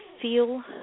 feel